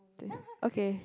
okay